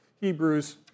Hebrews